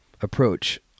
approach